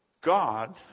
God